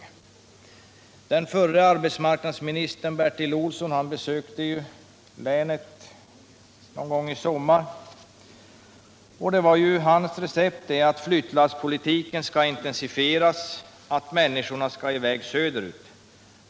Den förre generaldirektören för arbetsmarknadsstyrelsen, Bertil Olsson, besökte länet i somras, och hans recept var att flyttlasspolitiken skulle intensifieras, att människorna skulle i väg söderut.